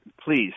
please